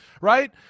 right